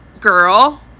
girl